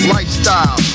Lifestyle